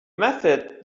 method